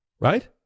right